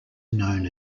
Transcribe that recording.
known